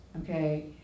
Okay